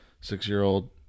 six-year-old